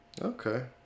okay